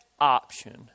option